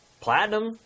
Platinum